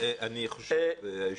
בסופו של דבר אנחנו, חברי הכנסת, לא נהיה